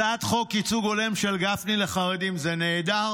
הצעת חוק ייצוג הולם של גפני לחרדים זה נהדר.